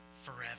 forever